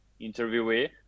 interviewee